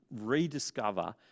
rediscover